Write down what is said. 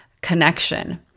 connection